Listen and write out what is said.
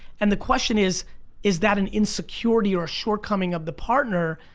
and the question is is that an insecurity or a shortcoming of the partner,